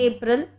April